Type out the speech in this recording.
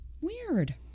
Weird